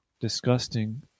disgusting